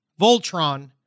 Voltron